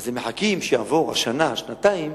אז הם מחכים שיעברו שנה, שנתיים.